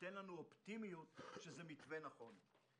נותנת לנו אופטימיות שזה מתווה נכון.